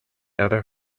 other